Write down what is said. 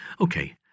Okay